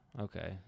Okay